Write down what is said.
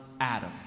Adam